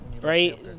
Right